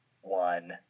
one